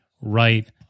right